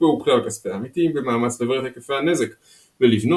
הוקפאו כלל כספי העמיתים במאמץ לברר את היקפי הנזק ולבנות